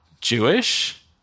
Jewish